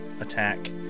attack